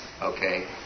okay